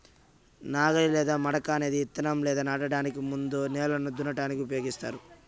నాగలి లేదా మడక అనేది ఇత్తనం లేదా నాటడానికి ముందు నేలను దున్నటానికి ఉపయోగిస్తారు